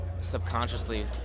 subconsciously